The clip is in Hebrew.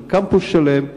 יש שם קמפוס שלם.